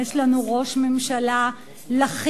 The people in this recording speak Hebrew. יש לנו ראש ממשלה לחיץ,